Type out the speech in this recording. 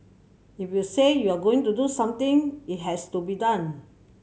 if you say you are going to do something it has to be done